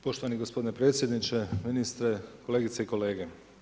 Poštovani gospodine predsjedniče, ministre, kolegice i kolege.